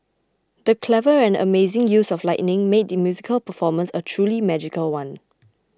the clever and amazing use of lighting made the musical performance a truly magical one